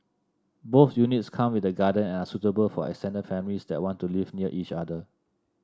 both units come with a garden and are suitable for extended families that want to live near each other